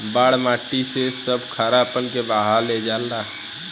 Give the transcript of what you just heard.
बाढ़ माटी से सब खारापन के बहा ले जाता